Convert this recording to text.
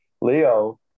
Leo